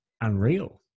unreal